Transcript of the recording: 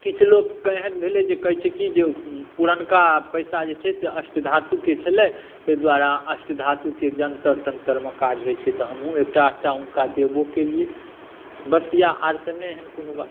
किछु लोकक एहन भेलै जे कहै छी की जे पुरनका पैसा जे छै अष्ट धातुक छलै तैं दुआरे अष्ट धातुके जंतर तंतरमे काज होइ छै तऽ हमहुँ एकटा आधटा हुनका देबौ केलियै बस इएह आर तऽ नहि एहन कोनो बात